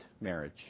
marriage